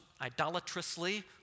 idolatrously